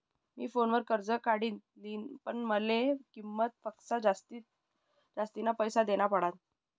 मी फोनवर कर्ज काढी लिन्ह, पण माले किंमत पक्सा जास्तीना पैसा देना पडात